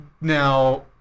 Now